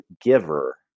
giver